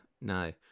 no